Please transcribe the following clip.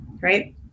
right